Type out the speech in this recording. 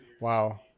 wow